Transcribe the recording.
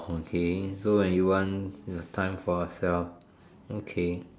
okay so when you want the time for yourself okay